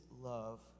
love